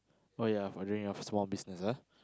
oh ya for doing your small business ah